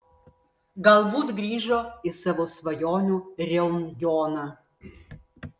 galbūt grįžo į savo svajonių reunjoną